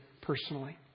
personally